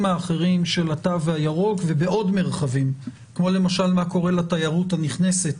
האחרים של התו הירוק ובעוד מרחבים כמו למשל מה קורה לתיירות הנכנסת